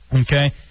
Okay